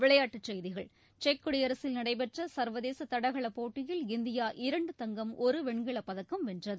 விளையாட்டுச் செய்திகள் செக் குடியரசில் நடைபெற்ற சர்வதேச தடகள போட்டியில் இந்தியா இரண்டு தங்கம் ஒரு வெண்கலப் பதக்கம் வென்றது